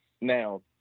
Now